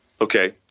Okay